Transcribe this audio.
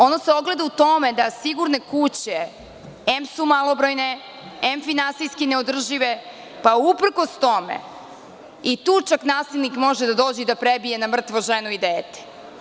Ono se ogleda u tome da sigurne kuće, em su malobrojne, em su finansijski neodržive, pa uprkos tome i tu čak nasilnik može da dođe i da prebije na mrtvo ženu i dete.